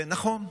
נכון,